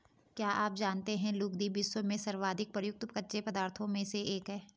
क्या आप जानते है लुगदी, विश्व में सर्वाधिक प्रयुक्त कच्चे पदार्थों में से एक है?